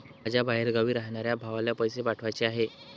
मला माझ्या बाहेरगावी राहणाऱ्या भावाला पैसे पाठवायचे आहे